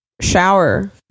shower